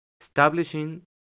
Establishing